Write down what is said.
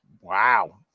Wow